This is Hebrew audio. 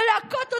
להכות אותו.